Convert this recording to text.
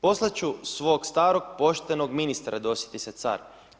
Poslati ću svoga staroga poštenoga ministra, dosjeti se car.